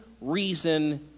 reason